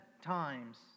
times